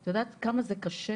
את יודעת כמה זה קשה?